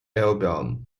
album